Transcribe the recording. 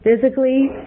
physically